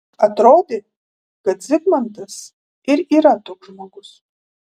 atrodė kad zigmantas ir yra toks žmogus